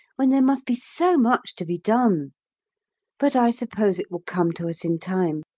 when there must be so much to be done but i suppose it will come to us in time,